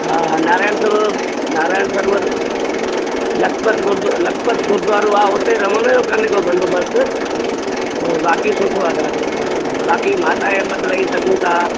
हा हा नारायण सरोवरु नारायण सरोवरु लखपत गुरु लखपत गुरुद्वारो आहे उते रहण जो कान्हे कोई बंदोबस्त बाक़ी सुठो आहे ॾाढो हा हा बाक़ी माता जे मंदरु रही सघूं था